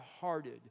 hearted